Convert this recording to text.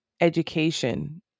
education